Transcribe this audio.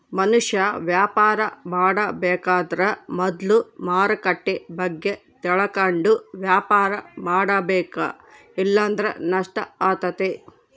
ಮನುಷ್ಯ ವ್ಯಾಪಾರ ಮಾಡಬೇಕಾದ್ರ ಮೊದ್ಲು ಮಾರುಕಟ್ಟೆ ಬಗ್ಗೆ ತಿಳಕಂಡು ವ್ಯಾಪಾರ ಮಾಡಬೇಕ ಇಲ್ಲಂದ್ರ ನಷ್ಟ ಆತತೆ